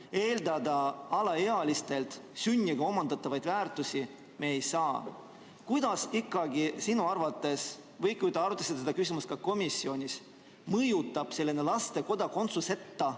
Eeldada alaealistelt sünniga omandatavaid väärtusi me ei saa. Kuidas ikkagi sinu arvates – ja ehk te arutasite seda küsimust ka komisjonis – selline laste kodakondsuseta